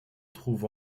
trouve